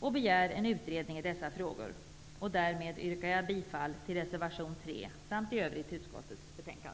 och begär en utredning i dessa frågor. Herr talman! Därmed yrkar jag bifall till reservation 3 samt i övrigt till utskottets hemställan.